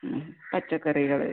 ഉം പച്ചക്കറികൾ